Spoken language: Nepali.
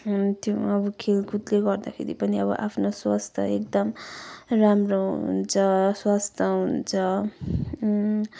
त्यो अब खेलकुदले गर्दाखेरि पनि अब आफ्नो स्वास्थ्य एकदम राम्रो हुन्छ स्वस्थ हुन्छ